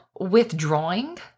withdrawing